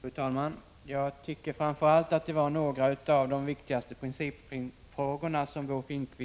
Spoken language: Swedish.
Fru talman! Jag tycker framför allt att Bo Finnkvist tog mycket lätt på några av de viktigaste principfrågorna, först och främst